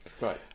Right